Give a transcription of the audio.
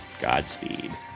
Godspeed